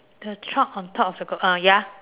the chalk on top of the girl uh ya